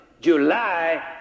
July